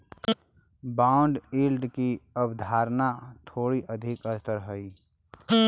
bond yield की अवधारणा थोड़ी अधिक स्तर हई